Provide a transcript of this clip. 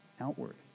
outward